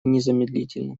незамедлительно